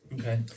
Okay